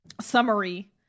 summary